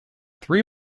three